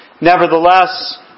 Nevertheless